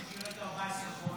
הוא שירת 14 חודשים.